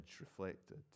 reflected